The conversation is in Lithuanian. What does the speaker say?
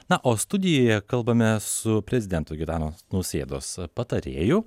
na o studijoje kalbamės su prezidento gitano nausėdos patarėju